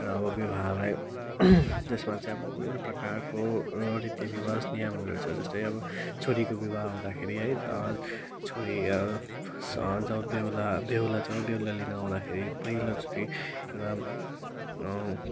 र अब विवाहलाई जसमा चाहिँ अब विभिन्न प्रकारको रीतिरिवाज नियमहरू छ जस्तै अब छोरीको विवाह हुँदाखेरि है छोरी जब बेहुला बेहुला जब बेहुलीलाई लिनु आउँदाखेरि पहिलोचोटि राम